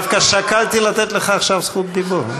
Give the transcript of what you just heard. דווקא שקלתי לתת לך עכשיו זכות דיבור.